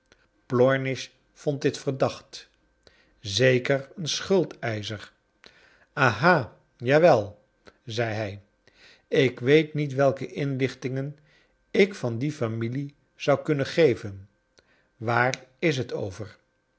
plornish vond dit verdacht zeker een schuldeischer aha jawel zei hij ik weet niet welke inlichtingen ik van die familie zou kunnen geven waar is het over